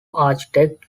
architect